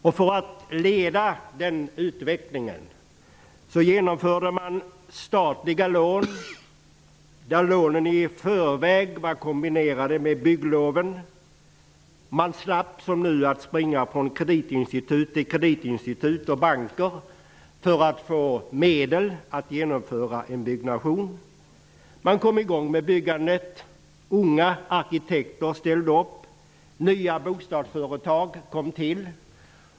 För att stimulera en sådan utveckling införde man statliga lån, som i förväg var kombinerade med bygglov. Man slapp att som nu springa från kreditinstitut till kreditinstitut och till banker för att få medel att genomföra en byggnation. Man kom i gång med byggandet. Unga arkitekter ställde upp. Nya bostadsföretag kom till.